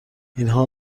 اینها